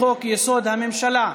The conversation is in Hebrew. לחוק-יסוד: הממשלה,